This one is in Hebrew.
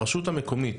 הרשות המקומית,